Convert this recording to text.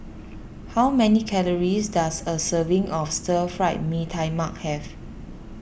how many calories does a serving of Stir Fry Mee Tai Mak have